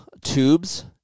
tubes